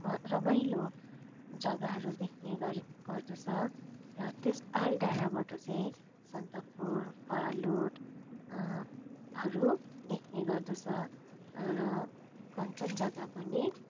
म रमाइलो जगाहरू देख्ने गरी गर्दछ र त्यस आहाल डाँडाबाट चाहिँ सन्दकपुर फालुट हरू देख्ने गर्दछ र कञ्चनजङ्घा पनि